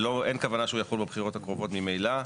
אין כוונה שהוא יחול בבחירות הקרובות ממילא.